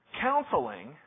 Counseling